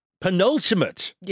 penultimate